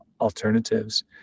alternatives